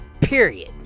period